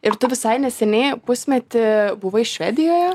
ir tu visai neseniai pusmetį buvai švedijoje